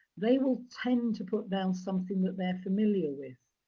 they will tend to put down something that they're familiar with.